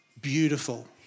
Beautiful